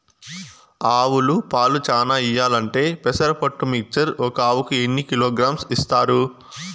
ఆవులు పాలు చానా ఇయ్యాలంటే పెసర పొట్టు మిక్చర్ ఒక ఆవుకు ఎన్ని కిలోగ్రామ్స్ ఇస్తారు?